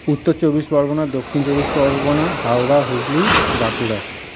Uttar Chabbish Pargana Dakshin Chabbish Pargana Howrah Hooghly Bankura